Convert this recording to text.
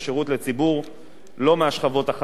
לא מהשכבות החזקות באוכלוסייה.